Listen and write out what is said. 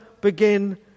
begin